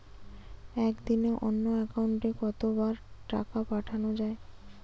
একদিনে অন্য একাউন্টে কত বার টাকা পাঠানো য়ায়?